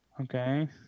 Okay